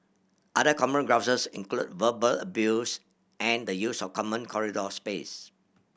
other common grouses include verbal abuse and the use of common corridor space